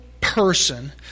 person